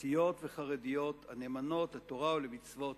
דתיות וחרדיות, הנאמנות לתורה ולמצוות,